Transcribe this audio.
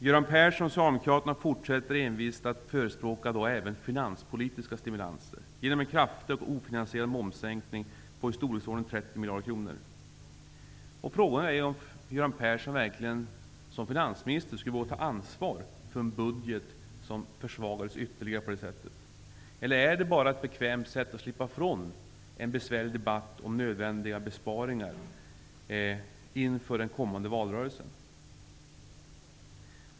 Göran Persson och socialdemokraterna fortsätter envist att förespråka även finanspolitiska stimulanser genom en kraftig och ofinansierad momssänkning på i storleksordningen 30 miljarder kronor. Frågan är om Göran Persson såsom finansminister verkligen skulle våga ta ansvar för en budget som försvagades ytterligare på det sättet. Eller är det bara ett bekvämt sätt att slippa ifrån en besvärlig debatt om nödvändiga besparingar inför den kommande valrörelsen?